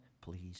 please